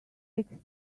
sixty